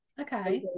Okay